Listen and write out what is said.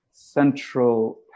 central